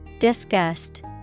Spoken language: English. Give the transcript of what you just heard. Disgust